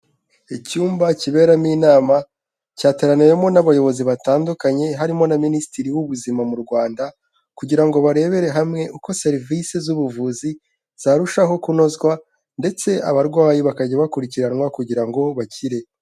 Icyumba kiberamo inama cyateraniwemo n'abayobozi batandukanye harimo na minisitiri w'ubuzima mu Rwanda kugira ngo barebere hamwe uko serivise z'ubuvuzi zarushaho kunozwa ndetse abarwayi bakajya bakurikiranwa kugira ngo bakire.